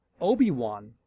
obi-wan